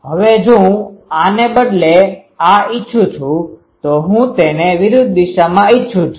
હવે જો હું આને બદલે આ ઇચ્છું છું તો હું તેને વિરુદ્ધ દિશામાં ઇચ્છું છું